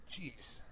Jeez